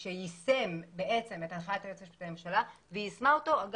שיישם את הנחיית היועץ המשפטי לממשלה ויישמה אותו.